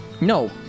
No